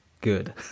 good